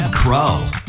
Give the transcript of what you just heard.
Crow